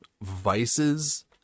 vices